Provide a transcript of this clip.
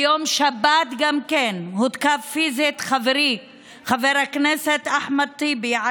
ביום שבת הותקף פיזית גם חברי חבר הכנסת אחמד טיבי על